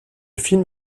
film